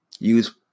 use